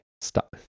stop